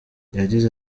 yagize